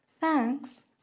Thanks